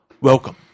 Welcome